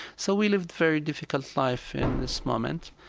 so we lived very difficult life in this moment.